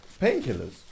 painkillers